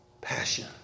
passion